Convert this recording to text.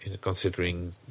considering